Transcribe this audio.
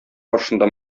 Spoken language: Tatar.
каршында